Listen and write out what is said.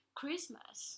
Christmas